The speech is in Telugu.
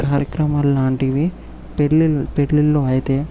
కార్యక్రమం లాంటివి పెళ్లి పెళ్లిల్లో అయితే